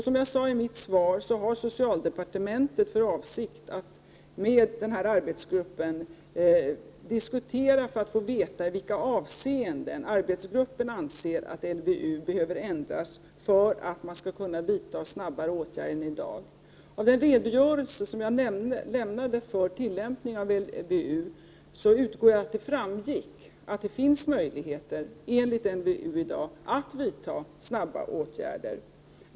Som jag sade i mitt svar, har socialdepartementet för avsikt att diskutera med arbetsgruppen för att få veta i vilka avseenden den anser att LVU behöver ändras för att man skall kunna vidta åtgärder tidigare än vad som i dag är fallet. Jag utgår från att det av den redogörelse jag lämnade för tillämpningen av LVU framgick att det i dag finns möjligheter enligt LVU att snabbt vidta åtgärder.